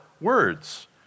words